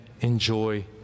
enjoy